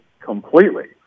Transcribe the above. completely